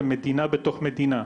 זה מדינה בתוך מדינה,